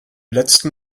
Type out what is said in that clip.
letzten